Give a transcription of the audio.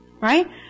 Right